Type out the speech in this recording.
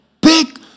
big